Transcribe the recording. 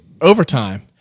overtime